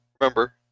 remember